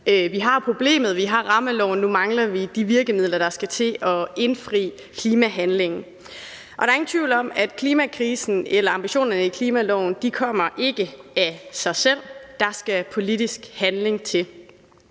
Vi har problemet, vi har rammeloven, og nu mangler vi de virkemidler, der skal til for at indfri klimahandling. Der er ingen tvivl om, at løsningen på klimakrisen eller indfrielsen af ambitionerne i klimaloven ikke kommer af sig selv; der skal politisk handling til.